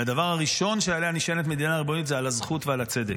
והדבר הראשון שעליו נשענת מדינה ריבונית זה על הזכות ועל הצדק.